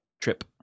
trip